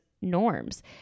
norms